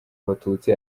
abatutsi